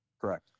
Correct